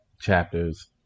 chapters